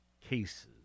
cases